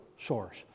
source